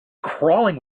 crawling